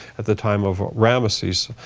at the time of ramesses.